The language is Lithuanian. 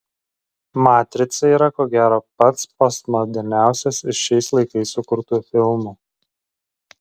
matrica yra ko gero pats postmoderniausias iš šiais laikais sukurtų filmų